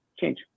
change